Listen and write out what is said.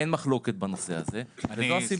אין מחלוקת בנושא הזה, וזו הסיבה.